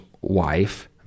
wife